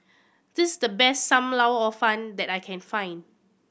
this the best Sam Lau Hor Fun that I can find